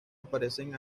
aparecen